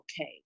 okay